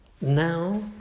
Now